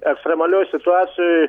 ekstremalioj situacijoj